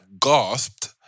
gasped